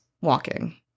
walking